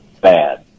bad